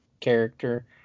character